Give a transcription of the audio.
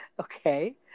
Okay